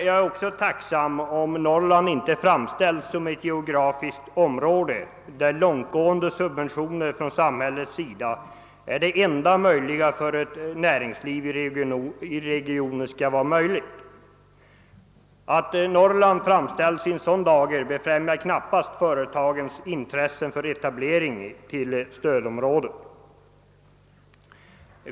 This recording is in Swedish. Jag skulle vara tacksam om Norrland inte framställdes som ett geografiskt område där långtgående subventioner från samhällets sida är det enda som gör det möjligt att ha ett näringsliv i regionen. Att framställa Norrland i en sådan dager är knappast ägnat att befrämja företagens intresse för etablering inom stödområdet.